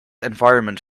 environment